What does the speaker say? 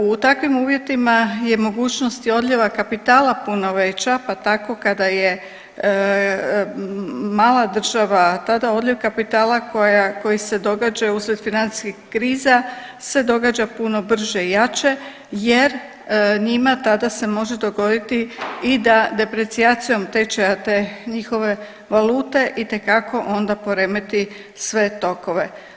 U takvim uvjetima mogućnosti odlijeva kapitala puno veća, pa tako kada je mala država, tada odljev kapitala koji se događa uslijed financijskih kriza se događa puno brže i jače, jer njima tada se može dogoditi i da deprecijacijom tečaja te njihove valute itekako onda poremeti sve tokove.